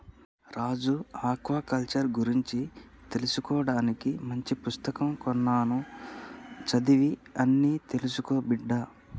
రాజు aquaculture గురించి తెలుసుకోవానికి మంచి పుస్తకం కొన్నాను చదివి అన్ని తెలుసుకో బిడ్డా